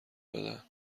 دادن